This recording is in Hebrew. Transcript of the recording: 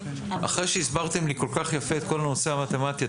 אחרי שהסברתם לי כל כך יפה את כל הנושא המתמטי,